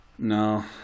No